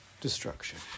destruction